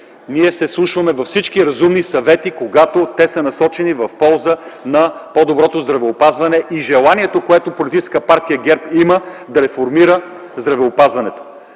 ние се вслушваме във всички разумни съвети, когато те са насочени в полза на по-доброто здравеопазване и желанието, което политическа партия ГЕРБ има да реформира здравеопазването.